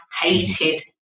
hated